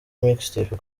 mixtape